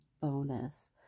bonus